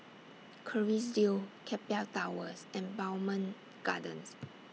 Kerrisdale Keppel Towers and Bowmont Gardens